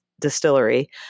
distillery